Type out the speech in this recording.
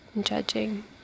judging